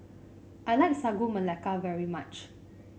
I like Sagu Melaka very much